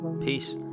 Peace